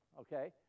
okay